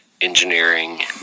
engineering